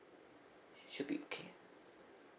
should be okay